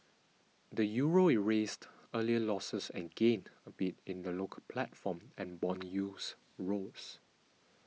the Euro erased earlier losses and gained a bit in the local platform and bond yields rose